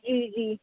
جی جی